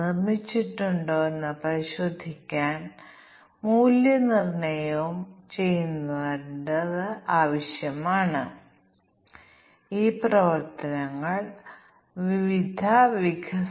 ലാളിത്യത്തിനായി നമുക്ക് പരിശോധിക്കാനാകുമെന്ന് അനുമാനിക്കാം ഇൻപുട്ട് പരാമീറ്ററുകളുടെ സാധ്യമായ കോമ്പിനേഷനുകൾ ഇവിടെ നൽകാം